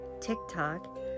TikTok